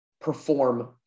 perform